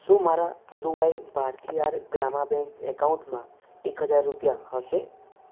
શું મારા પુદુવાઈ ભારથીઆર ગ્રામા બેંક એકાઉન્ટમાં એક હજાર રૂપિયા હશે